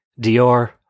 Dior